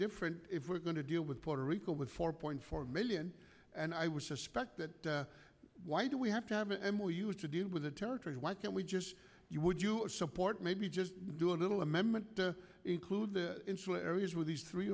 different if we're going to deal with puerto rico with four point four million and i would suspect that why do we have to have and will you have to deal with the territory why can't we just you would you support maybe just do a little amendment to include the areas where these three